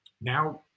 now